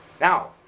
Now